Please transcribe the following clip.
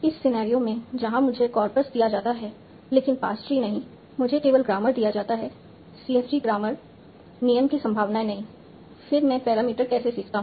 इस सिनेरियो में जहां मुझे कॉर्पस दिया जाता है लेकिन पार्स ट्री नहीं मुझे केवल ग्रामर दिया जाता है CFG ग्रामर नियम की संभावनाएं नहीं फिर मैं पैरामीटर कैसे सीखता हूं